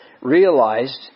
realized